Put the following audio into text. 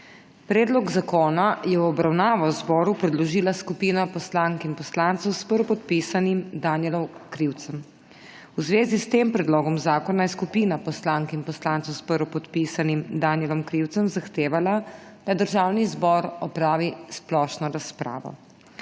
Predlog zakona je v obravnavo zboru predložila skupina poslank in poslancev s prvopodpisanim Danijelom Krivcem. V zvezi s tem predlogom zakona je skupina poslank in poslancev s prvopodpisanim Danijelom Krivcem zahtevala, da Državni zbor opravi splošno razpravo.